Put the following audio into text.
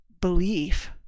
belief